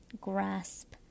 grasp